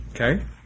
Okay